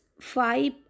five